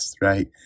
right